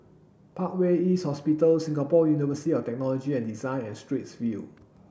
Parkway East Hospital Singapore University of Technology and Design and Straits View